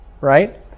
right